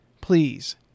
please